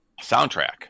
soundtrack